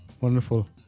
Wonderful